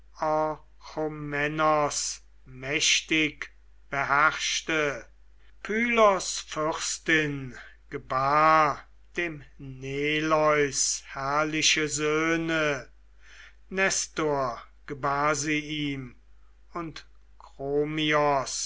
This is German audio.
mächtig beherrschte pylos fürstin gebar dem neleus herrliche söhne nestor gebar sie ihm und